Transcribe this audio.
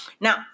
Now